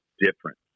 different